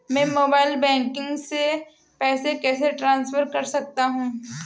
मैं mobile banking से पैसे कैसे ट्रांसफर कर सकता हूं?